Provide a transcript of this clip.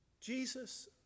Jesus